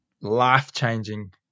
life-changing